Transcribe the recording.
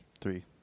three